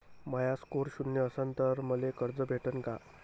माया score शून्य असन तर मले कर्ज भेटन का?